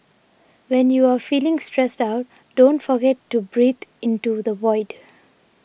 when you are feeling stressed out don't forget to breathe into the void